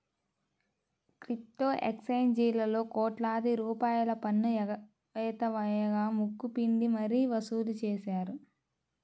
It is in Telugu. క్రిప్టో ఎక్స్చేంజీలలో కోట్లాది రూపాయల పన్ను ఎగవేత వేయగా ముక్కు పిండి మరీ వసూలు చేశారు